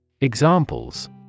Examples